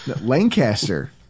Lancaster